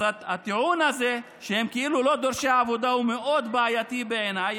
הטיעון הזה שהם כאילו לא דורשי עבודה הוא מאוד בעייתי בעיניי.